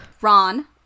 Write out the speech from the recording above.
Ron